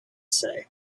say